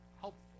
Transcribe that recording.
helpful